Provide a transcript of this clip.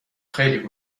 خیلی